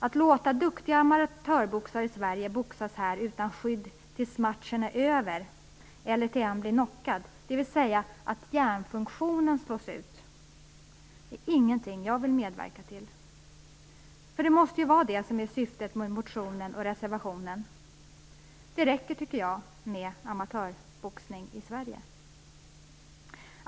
Att låta duktiga amatörboxare i Sverige boxas här utan skydd tills matchen är över eller tills en blir knockad, dvs. att hjärnfunktionen slås ut, är ingenting jag vill medverka till. Det måste ju vara det som är syftet med motionen och reservationen. Jag tycker att det räcker med amatörboxning i Sverige.